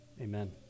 amen